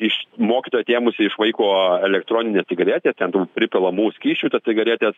iš mokytoja atėmusi iš vaiko elektroninę cigaretę ten tų pripilamų skysčių į tas cigaretes